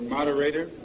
Moderator